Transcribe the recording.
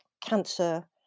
cancer